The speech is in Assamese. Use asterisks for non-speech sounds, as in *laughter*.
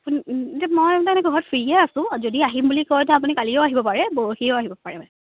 আপুনি *unintelligible* মই তাৰমানে ঘৰত ফ্ৰিয়ে আছোঁ অ যদি আহিম বুলি কয় বা আপুনি কালিও আহিব পাৰে পৰখিও আহিব পাৰে